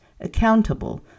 Accountable